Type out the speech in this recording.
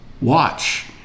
watch